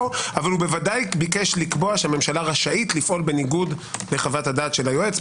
ובוודאי ביקש לקבוע שהממשלה רשאית לפעול בניגוד לחוות הדעת של היועץ.